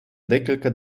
декілька